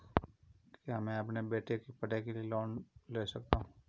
क्या मैं अपने बेटे की पढ़ाई के लिए लोंन ले सकता हूं?